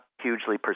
hugely